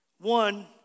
One